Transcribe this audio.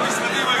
המשרדים היו,